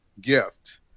gift